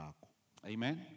Amen